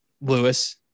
Lewis